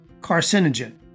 carcinogen